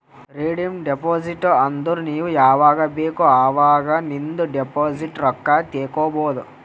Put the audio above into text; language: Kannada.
ರೀಡೀಮ್ ಡೆಪೋಸಿಟ್ ಅಂದುರ್ ನೀ ಯಾವಾಗ್ ಬೇಕ್ ಅವಾಗ್ ನಿಂದ್ ಡೆಪೋಸಿಟ್ ರೊಕ್ಕಾ ತೇಕೊಬೋದು